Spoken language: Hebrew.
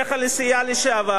ואני שואל את עצמי,